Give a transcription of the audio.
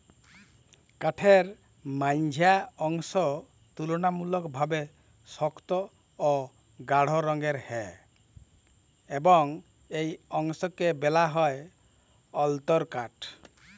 কাঠের মাইঝল্যা অংশ তুললামূলকভাবে সক্ত অ গাঢ় রঙের হ্যয় এবং ই অংশকে ব্যলা হ্যয় অল্তরকাঠ